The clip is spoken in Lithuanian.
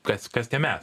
kas kas tie mes